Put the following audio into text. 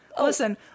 Listen